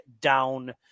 down